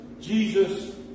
Jesus